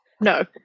No